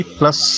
plus